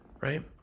right